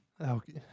Okay